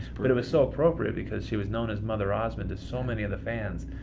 but it was so appropriate because she was known as mother osmond to so many of the fans.